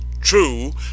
true